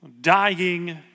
Dying